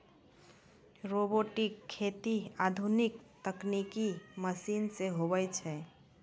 robotic खेती आधुनिक तकनिकी मशीन से हुवै छै